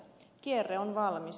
kierre on valmis